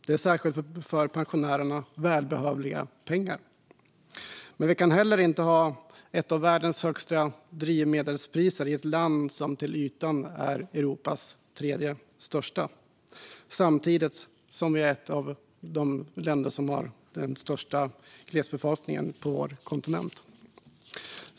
Det är välbehövliga pengar särskilt för pensionärerna. Men vi kan inte heller ha ett av världens högsta drivmedelspriser i ett land som till ytan är Europas tredje största samtidigt som Sverige är ett av de mer glesbefolkade länderna på vår kontinent.